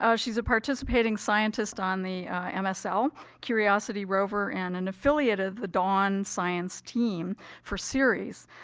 ah she's a participating scientist on the msl curiosity rover and an affiliate of the dawn science team for ceres.